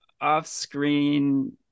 off-screen